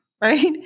right